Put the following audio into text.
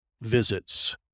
visits